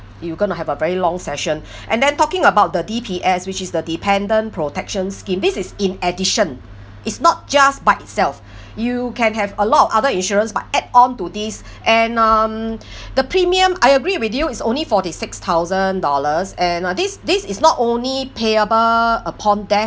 you are going to have a very long session and then talking about the D_P_S which is the dependent protection scheme this is in addition it's not just by itself you can have a lot of other insurance but add on to these and um the premium I agree with you it's only forty six thousand dollars and uh this this is not only payable upon death